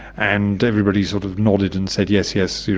and everybody sort of nodded and said yes, yes,